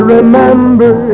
Remember